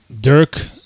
Dirk